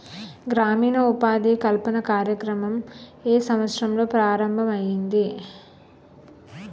గ్రామీణ ఉపాధి కల్పన కార్యక్రమం ఏ సంవత్సరంలో ప్రారంభం ఐయ్యింది?